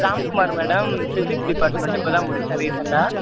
Ramkumar madam physics department இப்போ தான் முடிச்ச ரீசண்டாக